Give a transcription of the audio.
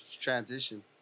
transition